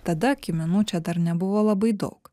tada kiminų čia dar nebuvo labai daug